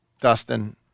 Dustin